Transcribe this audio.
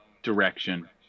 direction